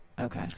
Okay